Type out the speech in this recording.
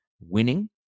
winning